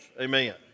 Amen